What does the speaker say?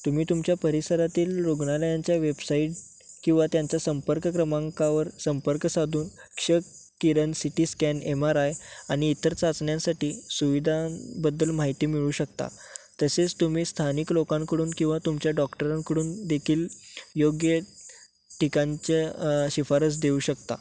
तुम्ही तुमच्या परिसरातील रुग्णालयांच्या वेबसाईट किंवा त्यांच्या संपर्क क्रमांकावर संपर्क साधून क्ष किरण C T scan M R I आणि इतर चाचण्यांसाठी सुविधांबद्दल माहिती मिळवू शकता तसेच तुम्ही स्थानिक लोकांकडून किंवा तुमच्या डॉक्टरांकडून देखील योग्य ठिकाणच्या शिफारस देऊ शकता